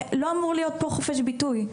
לא אמור להיות פה חופש ביטוי.